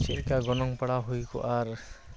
ᱪᱮᱫ ᱞᱮᱠᱟ ᱜᱚᱱᱚᱝ ᱯᱟᱲᱟᱣ ᱦᱩᱭᱠᱚᱜᱼᱟ ᱟᱨ